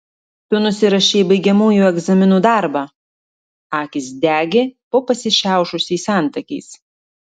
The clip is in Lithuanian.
tu nusirašei baigiamųjų egzaminų darbą akys degė po pasišiaušusiais antakiais